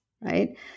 Right